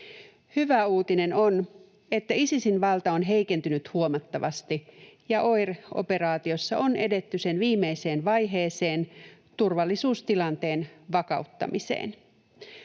Hyvä uutinen on, että Isisin valta on heikentynyt huomattavasti ja OIR-operaatiossa on edetty sen viimeiseen vaiheeseen, turvallisuustilanteen vakauttamiseen.